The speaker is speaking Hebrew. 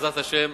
בעזרת השם,